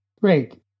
Great